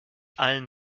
allen